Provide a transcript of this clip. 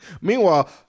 Meanwhile